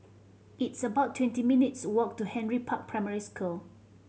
it's about twenty minutes' walk to Henry Park Primary School